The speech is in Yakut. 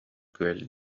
күөл